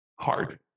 hard